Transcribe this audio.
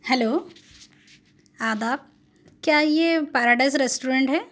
hello آداب کیا یہ پیراڈائز ریسٹورینٹ ہے